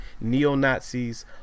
neo-nazis